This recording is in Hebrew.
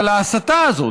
אבל ההסתה הזאת,